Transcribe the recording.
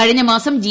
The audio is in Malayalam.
കഴിഞ്ഞമാസം ജി